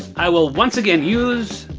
i will once again use